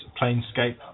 Planescape